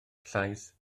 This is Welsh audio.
llais